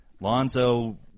Lonzo